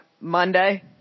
Monday